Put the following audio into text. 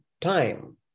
time